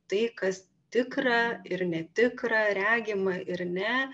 tai kas tikra ir netikra regima ir ne